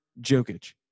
Jokic